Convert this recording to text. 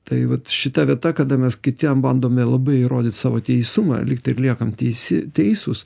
tai vat šita vieta kada mes kitiem bandome labai įrodyt savo teisumą lygtai ir liekam teisi teisūs